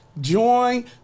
Join